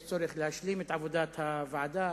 יש צורך להשלים את עבודת הוועדה,